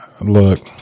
Look